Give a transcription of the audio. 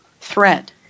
threat